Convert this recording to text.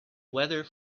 weather